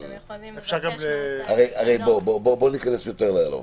ניכנס יותר לעומק.